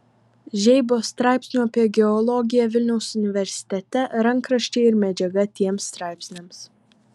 žeibos straipsnių apie geologiją vilniaus universitete rankraščiai ir medžiaga tiems straipsniams